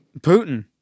Putin